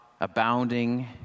abounding